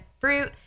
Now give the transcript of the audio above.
fruit